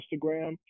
instagram